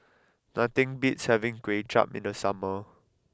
nothing beats having Kway Chap in the summer